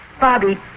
Bobby